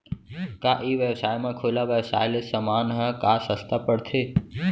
का ई व्यवसाय म खुला व्यवसाय ले समान ह का सस्ता पढ़थे?